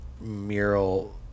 mural